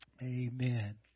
amen